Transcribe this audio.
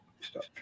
Stop